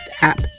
app